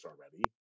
already